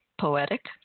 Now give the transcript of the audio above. poetic